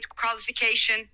qualification